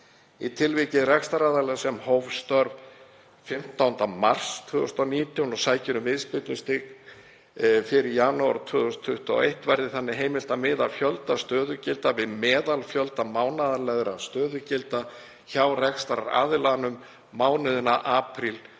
Í tilviki rekstraraðila sem hóf störf 15. mars 2019 og sækir um viðspyrnustyrk fyrir janúar 2021 verði þannig heimilt að miða fjölda stöðugilda við meðalfjölda mánaðarlegra stöðugilda hjá rekstraraðilanum mánuðina apríl